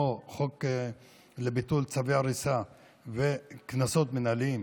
כמו חוק לביטול צווי הריסה וקנסות מינהליים,